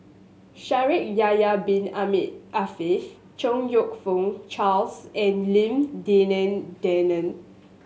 Shaikh Yahya Bin Ahmed Afifi Chong You Fook Charles and Lim Denan Denon